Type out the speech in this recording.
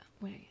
wait